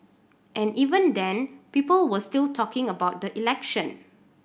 and even then people were still talking about the election